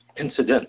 incident